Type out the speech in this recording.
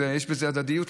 יש בזה הדדיות,